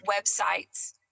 websites